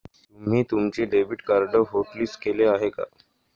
तुम्ही तुमचे debit card hotlist केले आहे का?